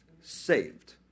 Saved